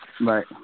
right